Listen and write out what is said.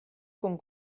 con